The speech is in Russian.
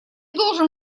должен